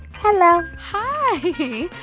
hello hi.